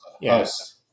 Yes